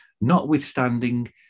notwithstanding